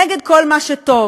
נגד כל מה שטוב.